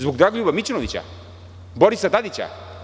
Zbog Dragoljuba Mićunovića, Borisa Tadića?